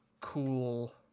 cool